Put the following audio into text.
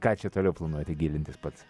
ką čia toliau planuojate gilintis pats